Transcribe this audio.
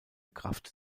kraft